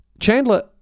Chandler